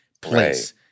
place